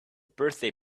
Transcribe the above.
birthday